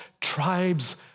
tribes